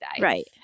Right